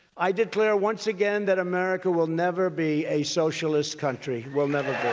i declare once again that america will never be a socialist country, will never